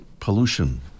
pollution